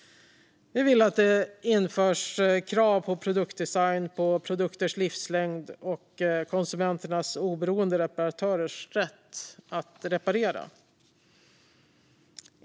Vi vill att det införs krav på produktdesign, produkters livslängd och konsumenters och oberoende reparatörers rätt att reparera.